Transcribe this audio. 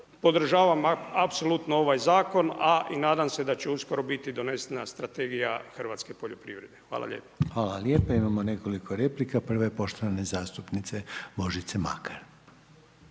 podržavam apsolutno ovaj zakon, a i nadam se da će uskoro biti donesena Strategija hrvatske poljoprivrede. Hvala lijepo. **Reiner, Željko (HDZ)** Hvala lijepo. Imamo nekoliko replika. Prva je poštovane zastupnice Božice Makar.